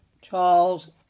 Charles